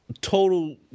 total